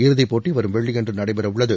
இறுதி போட்டி வரும் வெள்ளியன்று நடைபெறவுள்ளது